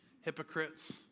hypocrites